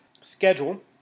schedule